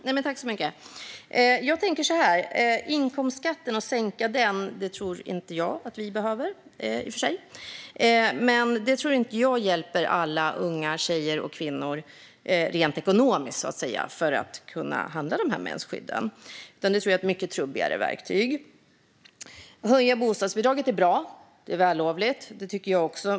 Herr talman! Jag tror inte att vi behöver sänka inkomstskatten. Jag tror inte att detta rent ekonomiskt hjälper alla unga tjejer och kvinnor att kunna handla mensskydd, utan jag tror att det är ett mycket trubbigare verktyg. Att höja bostadsbidraget är bra och vällovligt; det tycker jag också.